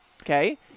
okay